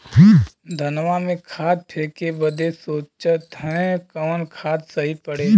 धनवा में खाद फेंके बदे सोचत हैन कवन खाद सही पड़े?